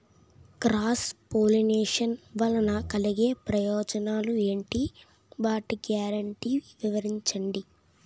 Cross pollination వలన కలిగే ప్రయోజనాలు ఎంటి? వాటి గ్యారంటీ వివరించండి?